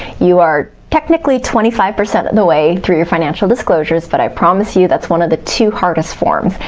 you are technically twenty five percent of the way through your financial disclosures, but i promise you, that's one of the two hardest forms,